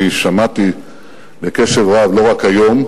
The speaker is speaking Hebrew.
אני שמעתי בקשב רב לא רק היום,